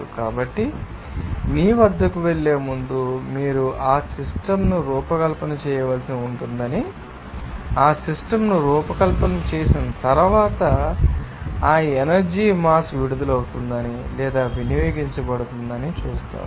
కాబట్టి మీ వద్దకు వెళ్ళే ముందు మీరు ఆ సిస్టమ్ ను రూపకల్పన చేయవలసి ఉంటుందని మరియు ఆ సిస్టమ్ ను రూపకల్పన చేసిన తర్వాత ఈ ఎనర్జీ మాస్ విడుదల అవుతుందని లేదా వినియోగించబడుతుందని మీరు చూస్తారు